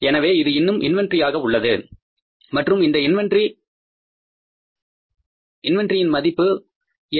எனவே அது இன்னும் இன்வெண்டரி ஆக உள்ளது மற்றும் அந்த இன்வெண்டரியின் மதிப்பு என்ன